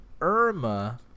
Irma